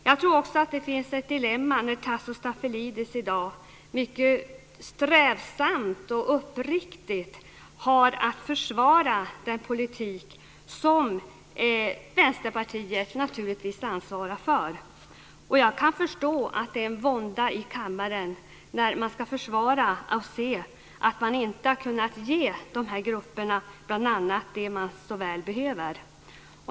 Jag tror också att det är ett dilemma för Tasso Stafilidis i dag när han mycket strävsamt och uppriktigt har att försvara den politik som Vänsterpartiet naturligtvis ansvarar för. Jag kan förstå att det innebär en vånda att i kammaren försvara att man inte har kunnat ge de här grupperna det som de så väl behöver.